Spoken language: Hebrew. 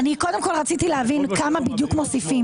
אני קודם כל רציתי להבין כמה בדיוק מוסיפים